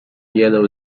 yellow